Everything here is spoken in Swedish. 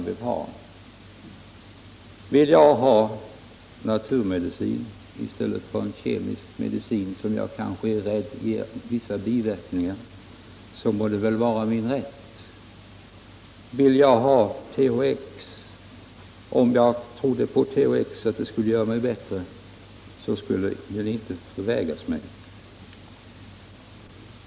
Om jag vill ha naturmedicin i stället för en kemisk medicin, som jag kanske är rädd har vissa biverkningar, så må väl det vara min rätt. Och vill jag ha THX därför att jag tror att det preparatet kan göra mig bättre, så skall väl inte det förvägras mig.